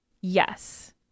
yes